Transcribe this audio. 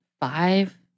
Five